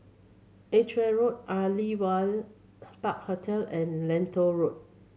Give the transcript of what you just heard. Edgware Road Aliwal Park Hotel and Lentor Road